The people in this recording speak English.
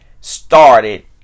started